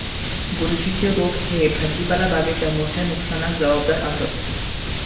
बुरशीच्ये रोग ह्ये भाजीपाला बागेच्या मोठ्या नुकसानाक जबाबदार आसत